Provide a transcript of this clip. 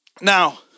Now